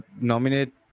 nominate